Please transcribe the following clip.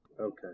Okay